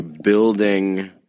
building